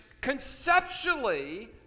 conceptually